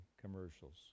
commercials